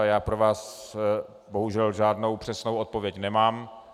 Já pro vás bohužel žádnou přesnou odpověď nemám.